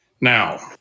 Now